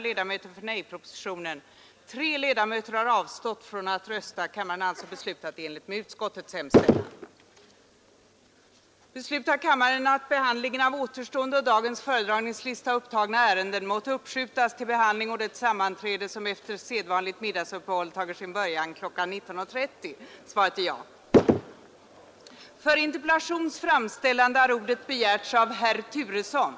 Inom SJ har man emellertid sedan länge arbetat med ett fjärrtrafiknät, där långväga järnvägsoch busslinjer kompletterar varandra. Eftersom det är nödvändigt att det i länsstyrelserna pågående trafikplaneringsarbetet inpassas i fjärrtrafiknätets maskor, anhåller jag om kammarens tillstånd att till herr kommunikationsministern få ställa följande fråga: Vill herr statsrådet medverka till att huvuddragen av ett hela landet omfattande fjärrtrafiknät fastlägges i så god tid att det kan ligga till grund för länens trafikförsörjningsplanering?